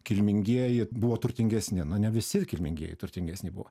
kilmingieji buvo turtingesni na ne visi kilmingieji turtingesni buvo